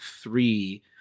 three